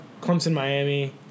Clemson-Miami